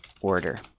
order